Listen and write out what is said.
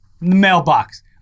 mailbox